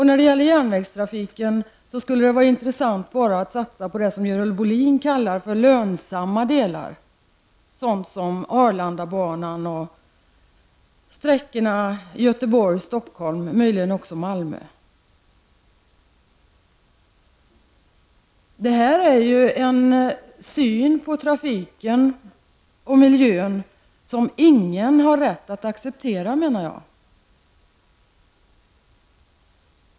När det gäller järnvägstrafiken skulle det vara intressant att satsa på bara det som Görel Bohlin kallar lönsamma delar, t.ex. Arlandabanan, sträckan Göteborg--Stockholm och möjligen också sträckan Malmö--Stockholm. Jag menar att detta är en syn på trafiken och miljön som ingen har rätt att acceptera.